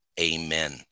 amen